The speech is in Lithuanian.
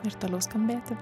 ir toliau skambėti